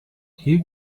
hier